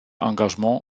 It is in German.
engagement